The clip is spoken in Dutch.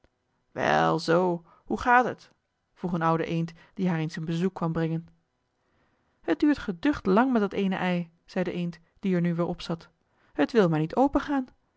wel zoo hoe gaat het vroeg een oude eend die haar eens een bezoek kwam brengen het duurt geducht lang met dat eene ei zei de eend die er nu weer op zat het wil maar niet opengaan